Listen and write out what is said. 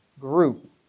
group